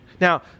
Now